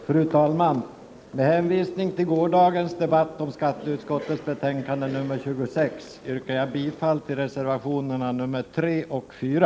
Herr talman! Med hänvisning till gårdagens debatt om skatteutskottets betänkande 26 yrkar jag bifall till reservationerna 3 och 4.